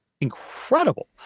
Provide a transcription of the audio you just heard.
incredible